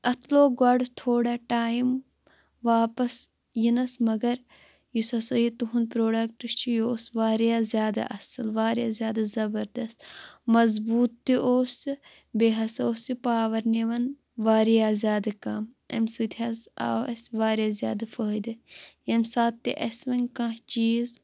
اَٹھ لوٚگ گۄڈٕ تھوڑا ٹایِم واپَس یِنَس مگر یُس ہسا یہِ تُہنٛد پرٛوڈکٹ چھِ یہِ اوس واریاہ زیادٕ آصٕل واریاہ زیادٕ زبردَست مضبوٗط تہِ اوس یہِ بیٚیہِ ہسا اوس یہِ پاوَر نِوان واریاہ زیادٕ کَم أمۍ سۭتۍ حظ آو اَسہِ واریاہ زیادٕ فٲیِدٕ ییٚمہِ ساتہٕ تہِ اسہِ وۄنۍ کانٛہہ چیٖز